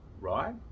right